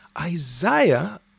Isaiah